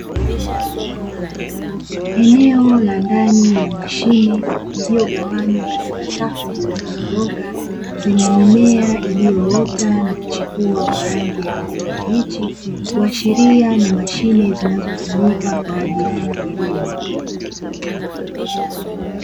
Eneo la ndani la mashine lililogawanywa katika safu zilizonyooka, zenye mimea iliyoota na kuchipua kwa rangi ya kijani kibichi, kuashiria ni mashine zinazotumika kwa ajili ya kilimo.